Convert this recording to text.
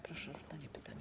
Proszę o zadanie pytania.